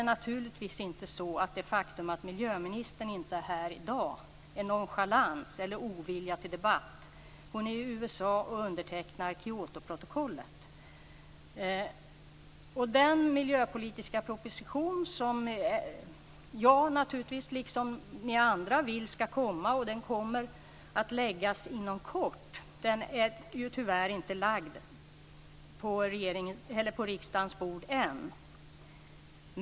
Det faktum att miljöministern inte är här i dag beror inte på nonchalans eller ovilja till debatt. Hon är i USA och undertecknar Kyotoprotokollet. Den miljöpolitiska propositionen skall läggas fram inom kort. Den har tyvärr inte lagts fram på riksdagens bord än.